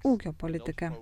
ūkio politiką